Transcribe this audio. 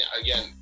again